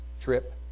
trip